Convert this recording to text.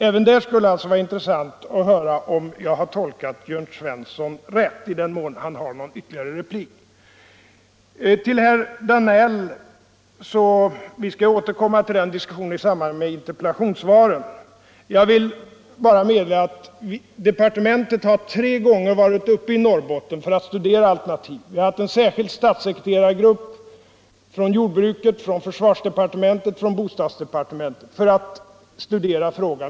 Även där skulle det vara intressant att höra — i den mån Jörn Svensson har någon ytterligare replik — om jag har tolkat honom rätt. Till diskussionen med herr Danell skall jag återkomma i samband med interpellationssvaret. Jag vill bara nämna att man från departementen tre gånger har varit uppe i Norrbotten för att diskutera alternativ. Vi har haft en särskild statssekreterargrupp från jordbruksdepartementet, försvarsdepartementet och bostadsdepartementet för att studera frågan.